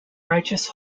righteous